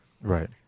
Right